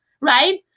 right